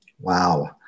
Wow